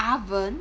oven